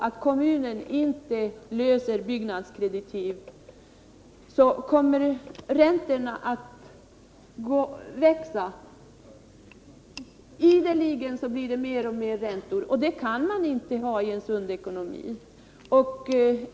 Om kommunen inte löser byggnadskreditiv kommer räntorna att växa. Undan för undan blir det mer och mer räntor, och så kan man inte ha det i en sund ekonomi.